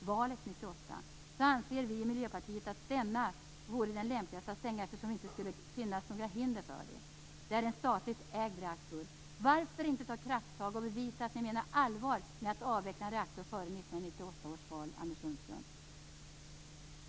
valet 1998, anser vi i Miljöpartiet att denna reaktor vore den lämpligaste att stänga, eftersom det inte skulle finnas några hinder för det. Det är en statligt ägd reaktor. Varför inte ta krafttag och bevisa att ni menar allvar med att avveckla en reaktor före 1998 års val, Anders Sundström?